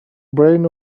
brain